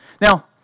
Now